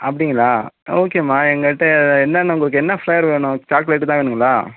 அப்படிங்களா ஓகேம்மா எங்கள்ட்ட என்னென்ன உங்களுக்கு என்ன ஃப்ளேவர் வேணும் சாக்லேட்டு தான் வேணுங்களா